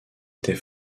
était